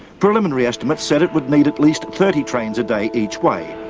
preliminary estimates said it would need at least thirty trains a day each way,